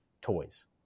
toys